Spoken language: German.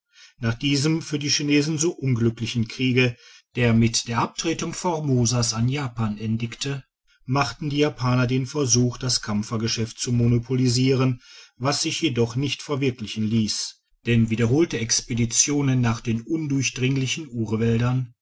nach diesem für die chinesen so unglücklichen kriege der mit der abtretung formosas an japan endigte machten die japaner den versuch das kampfergeschäft zu monopolisieren was sich jedoch nicht verwirklichen hess denn wiederholte expeditionen nach den undurchdringlichen urwäldern